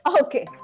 Okay